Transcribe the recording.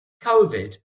COVID